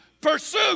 pursue